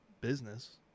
business